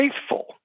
Faithful